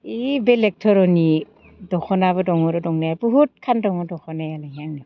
बै बेलेक धरननि दखनाबो दं आरो थानाया बुहुतखान दङ दखनायानो आंनिया